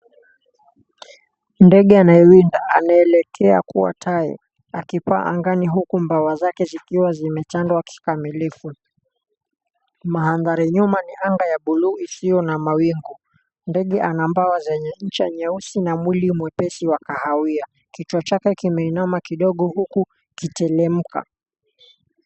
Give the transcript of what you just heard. Ndege anayewinda anelekea kuwa tai akipaa angani huku mbawa zake zimetanda kikamilifu. Maanthari nyuma ni anga ya buluu isiyo na mawingu. Ndege ana mbawa zenye ncha nyeusi na mwili mwepesi wa kahawia. Kichwa chake kimeinama kidogo huku kitelemka.